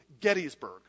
Gettysburg